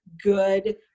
good